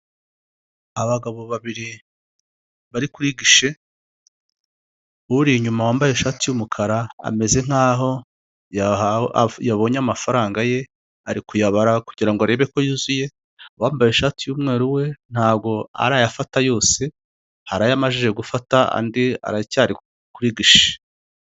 Abagabo babiri bari kuri gishe, uri inyuma wambaye ishati yumukara ameze nk'aho yabonye amafaranga ye, ari kuyabara kugira ngo arebe ko yuzuye. Uwambaye ishati y'umweru we ntabwo arayafata yose; hari ayo amajije gufata, andi aracyari kuri gishe.